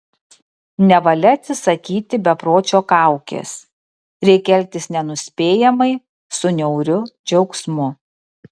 nevalia atsisakyti bepročio kaukės reikia elgtis nenuspėjamai su niauriu džiaugsmu